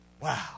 Wow